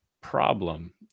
problem